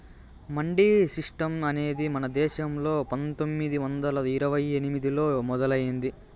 mandi system అనేది మన దేశంలో పందొమ్మిది వందల ఇరవై ఎనిమిదిలో మొదలయ్యింది